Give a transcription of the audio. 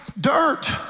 Dirt